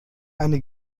eine